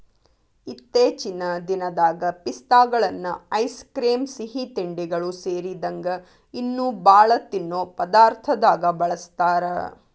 ಇತ್ತೇಚಿನ ದಿನದಾಗ ಪಿಸ್ತಾಗಳನ್ನ ಐಸ್ ಕ್ರೇಮ್, ಸಿಹಿತಿಂಡಿಗಳು ಸೇರಿದಂಗ ಇನ್ನೂ ಬಾಳ ತಿನ್ನೋ ಪದಾರ್ಥದಾಗ ಬಳಸ್ತಾರ